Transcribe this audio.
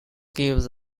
gives